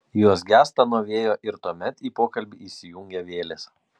jos gęsta nuo vėjo ir tuomet į pokalbį įsijungia vėlės